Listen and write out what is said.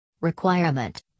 requirement